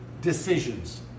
decisions